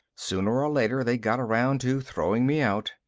sooner or later they got around to throwing me out.